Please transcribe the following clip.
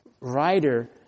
writer